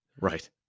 Right